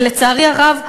ולצערי הרב,